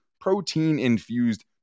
protein-infused